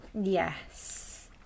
Yes